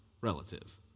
relative